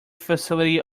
facility